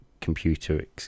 computer